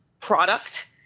product